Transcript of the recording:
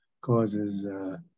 causes